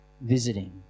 visiting